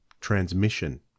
transmission